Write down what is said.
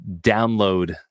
download